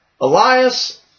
Elias